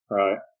right